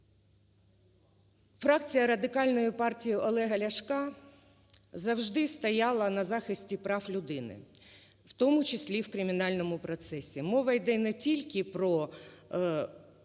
Фракція Радикальної партії Олега Ляшка завжди стояла на захисті прав людини, в тому числі в кримінальному процесі. Мова йде не тільки про